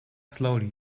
slowly